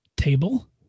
Table